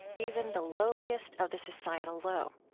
even the lowliest of the societal low.